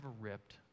ripped